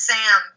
Sam